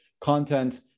content